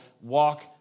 walk